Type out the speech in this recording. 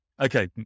Okay